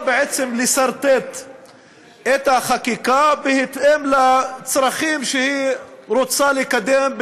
לסרטט את החקיקה בהתאם לצרכים שהיא רוצה לקדם,